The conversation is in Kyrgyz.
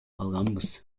алганбыз